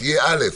תהיה: א'.